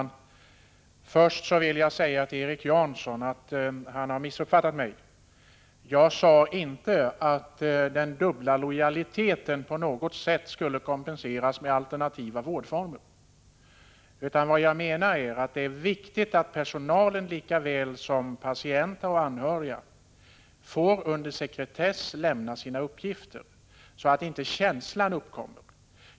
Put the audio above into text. Herr talman! Först vill jag säga till Erik Janson att han har missuppfattat mig. Jag sade inte att den dubbla lojaliteten på något sätt skulle kompenseras med alternativa vårdformer. Vad jag menar är att det är viktigt att personalen lika väl som patienter och anhöriga får lämna sina uppgifter under sekretess, så att inte den känsla jag talade om uppkommer.